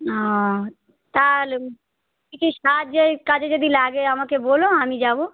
ও তাহলে কিছু সাহায্যের কাজে যদি লাগে আমাকে বোলো আমি যাবো